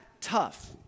tough